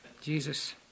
Jesus